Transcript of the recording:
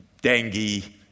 dengue